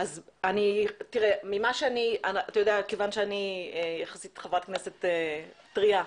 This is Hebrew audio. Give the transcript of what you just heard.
כיוון שאני יחסית חברת כנסת טרייה,